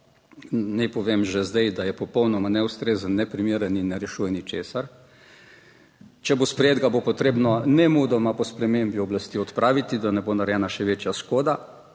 Naj povem že zdaj, da je popolnoma neustrezen, neprimeren in ne rešuje ničesar. Če bo sprejet, ga bo potrebno nemudoma po spremembi oblasti odpraviti, da ne bo narejena še večja škoda.